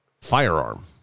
firearm